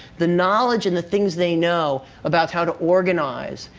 the knowledge and the things they know about how to organize,